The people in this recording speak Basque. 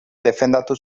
defendatu